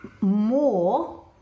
more